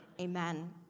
Amen